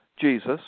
Jesus